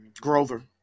Grover